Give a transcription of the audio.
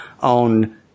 on